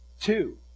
two